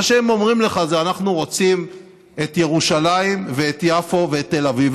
מה שהם אומרים לך זה: אנחנו רוצים את ירושלים ואת יפו ואת תל אביב.